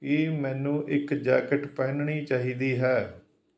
ਕੀ ਮੈਨੂੰ ਇੱਕ ਜੈਕਟ ਪਹਿਨਣੀ ਚਾਹੀਦੀ ਹੈ